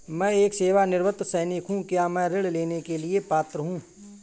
मैं एक सेवानिवृत्त सैनिक हूँ क्या मैं ऋण लेने के लिए पात्र हूँ?